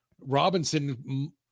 Robinson